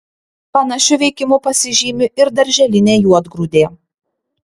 panašiu veikimu pasižymi ir darželinė juodgrūdė